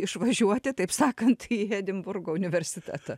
išvažiuoti taip sakant į edinburgo universitetą